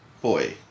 Boy